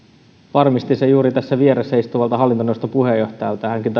varmistin sen juuri tässä vieressäni istuvalta hallintoneuvoston puheenjohtajalta hänkin